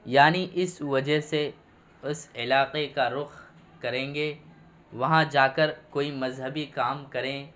یعنی اس وجہ سے اس علاقہ کا رخ کریں گے وہاں جا کر کوئی مذہبی کام کریں